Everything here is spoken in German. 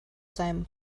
seinem